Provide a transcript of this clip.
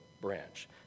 branch